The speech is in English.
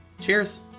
Cheers